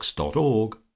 org